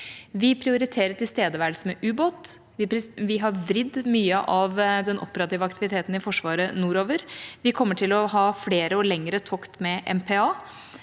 Vi prioriterer tilstedeværelse med ubåt. Vi har vridd mye av den operative aktiviteten i Forsvaret nordover. Vi kommer til å ha flere og lengre tokt med MPA.